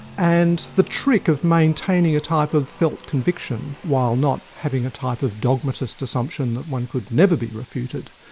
and the trick of maintaining a type of felt conviction, while not having a type of dogmatist assumption that one could never be refuted,